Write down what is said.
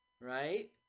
right